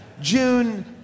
June